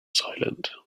silent